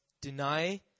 deny